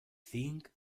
zinc